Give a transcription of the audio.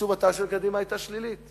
תשובתה של קדימה היתה שלילית.